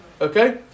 Okay